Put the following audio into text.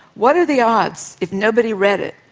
what are the odds, if nobody read it,